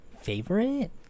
Favorite